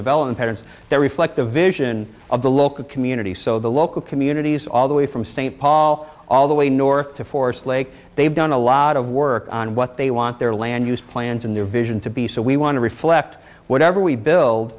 developments that reflect the vision of the local community so the local communities all the way from st paul all the way north to force lake they've done a lot of work on what they want their land use plans and their vision to be so we want to reflect whatever we build